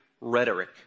rhetoric